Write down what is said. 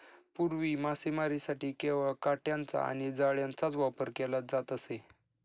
पूर्वी मासेमारीसाठी केवळ काटयांचा आणि जाळ्यांचाच वापर केला जात असे